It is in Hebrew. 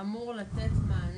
איפה עוד יש לנו בעיות?